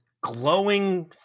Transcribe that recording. Glowing